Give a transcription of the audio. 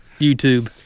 YouTube